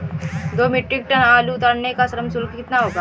दो metric tonne आलू उतारने का श्रम शुल्क कितना होगा?